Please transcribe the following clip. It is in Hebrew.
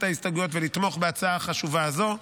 ההסתייגויות ולתמוך בהצעה החשובה הזו.